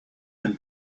and